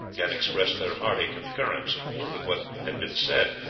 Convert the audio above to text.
and expressed their hearty concurrence with what had been said.